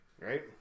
right